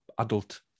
adult